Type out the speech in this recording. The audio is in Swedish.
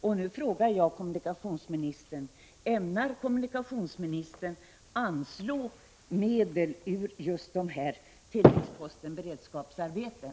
Jag vill därför fråga kommunikationsministern: Ämnar kommunikationsministern anslå medel ur anslagsposten Beredskapsarbeten?